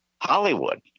Hollywood